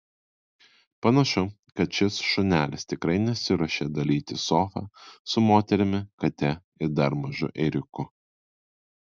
panašu kad šis šunelis tikrai nesiruošia dalytis sofa su moterimi kate ir dar mažu ėriuku